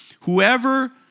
Whoever